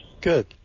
Good